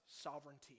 sovereignty